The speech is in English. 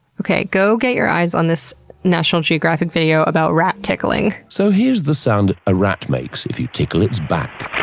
okay. go, get your eyes on a national geographic video about rat tickling. so here's the sound a rat makes if you tickle its back.